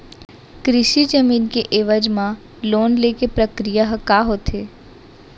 कृषि जमीन के एवज म लोन ले के प्रक्रिया ह का होथे?